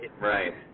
Right